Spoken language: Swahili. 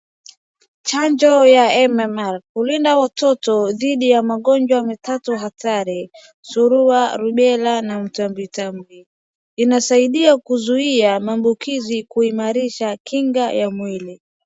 Chanjo ya MMR, kulinda watoto dhidi ya magonjwa mitatu hatari. Suruwa, rubela na mtambwitambwi. Inasaidia kuzuia maambukizi, kuimarisha kinga ya mwili.